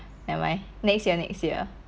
nevermind next year next year